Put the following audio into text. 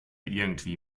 irgendwie